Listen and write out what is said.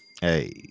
Hey